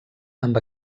amb